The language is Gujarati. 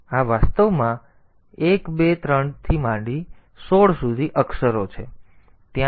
તો આ વાસ્તવમાં 1 2 3 4 5 6 7 8 9 10 11 12 13 14 15 16 અક્ષરો છે